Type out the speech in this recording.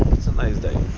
nice day